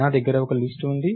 నా దగ్గర ఒక లిస్ట్ ఉంది